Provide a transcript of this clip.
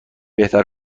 بهتر